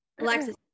Alexis